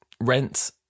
rent